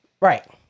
Right